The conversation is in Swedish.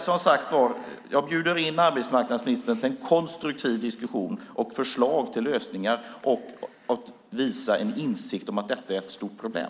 Som sagt: Jag bjuder in arbetsmarknadsministern till en konstruktiv diskussion om förslag till lösningar och till visad insikt om att detta är ett stort problem.